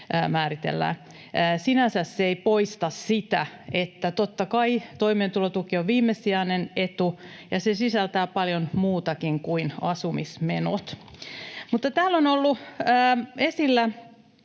määritellään. Sinänsä se ei poista sitä, että, totta kai, toimeentulotuki on viimesijainen etu ja se sisältää paljon muutakin kuin asumismenot. Täällä on ollut esillä